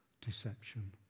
deception